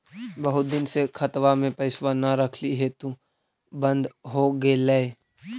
बहुत दिन से खतबा में पैसा न रखली हेतू बन्द हो गेलैय?